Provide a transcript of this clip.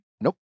Nope